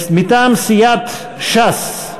מטעם סיעת ש"ס: